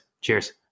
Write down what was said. Cheers